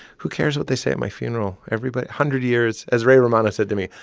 who cares what they say at my funeral? everybody hundred years as ray romano said to me,